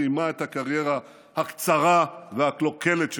סיימה את הקריירה הקצרה והקלוקלת שלה.